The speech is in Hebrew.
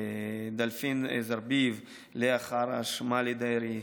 דלפין זרביב, לאה חרש, מלי דרעי,